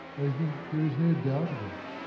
i think there is no doubt of it.